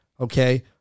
Okay